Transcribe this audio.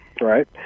Right